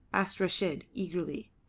asked reshid, eagerly.